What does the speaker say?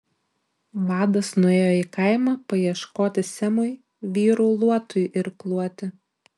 vadas nuėjo į kaimą paieškoti semui vyrų luotui irkluoti